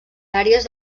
àrees